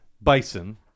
Bison